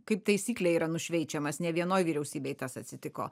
kaip taisyklė yra nušveičiamas ne vienoj vyriausybėj tas atsitiko